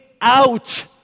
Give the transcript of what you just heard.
out